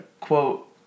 quote